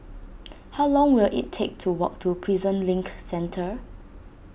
how long will it take to walk to Prison Link Centre